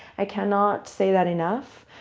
i cannot say that enough.